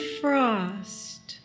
frost